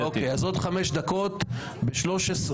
אוקיי, ההצבעה תהיה ב-13:08.